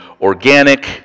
organic